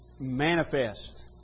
manifest